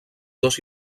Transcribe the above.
dos